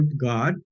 God